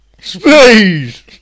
Space